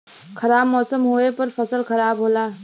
खराब मौसम होवे पर फसल खराब होला